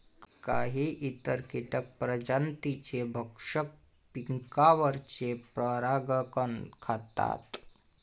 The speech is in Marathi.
काही इतर कीटक प्रजातींचे भक्षक पिकांवरचे परागकण खातात